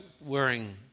wearing